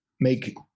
make